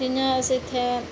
जियां अस इत्थै